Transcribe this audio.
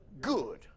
good